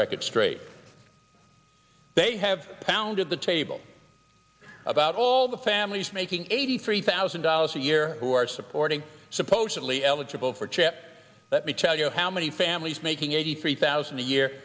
record straight they have pounded the table about all the families making eighty three thousand dollars a year who are supporting supposedly eligible for chip let me tell you how many families making eighty three thousand a year